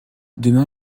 demain